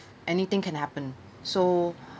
anything can happen so